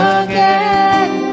again